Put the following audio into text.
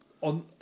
on